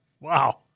Wow